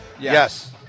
Yes